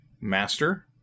Master